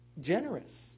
generous